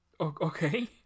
Okay